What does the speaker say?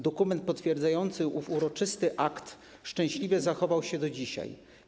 Dokument potwierdzający ów uroczysty akt szczęśliwie zachował się do dzisiaj.